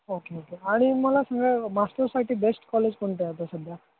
okay okay आणि मला सांगा मास्टर्ससाठी बेस्ट कॉलेज कोणते आहे आता सध्या